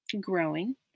growing